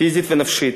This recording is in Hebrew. פיזית ונפשית.